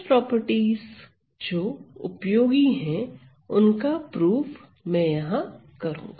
कुछ प्रॉपर्टीज जो उपयोगी है उनका प्रमाण मैं यहां करूंगा